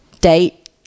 date